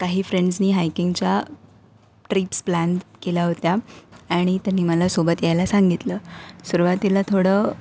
काही फ्रेंड्सनी हायकिंगच्या ट्रीप्स प्लॅन केल्या होत्या आणि त्यांनी मला सोबत यायला सांगितलं सुरुवातीला थोडं